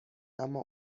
اما